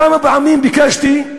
כמה פעמים ביקשתי,